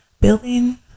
Building